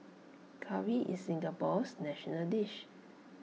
Curry is Singapore's national dish